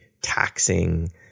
taxing